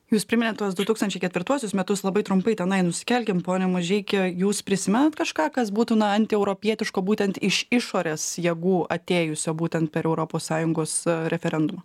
jūs priminėt tuos du tūkstančiai ketvirtuosius metus labai trumpai tenai nusikelkim pone mažeiki jūs prisimenat kažką kas būtų na antieuropietiško būtent iš išorės jėgų atėjusio būtent per europos sąjungos referendumą